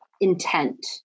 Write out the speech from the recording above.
intent